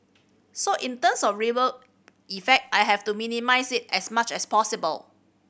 so in terms of ripple effect I have to minimise it as much as possible